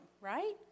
right